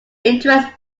interest